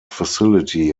facility